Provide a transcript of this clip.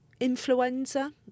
influenza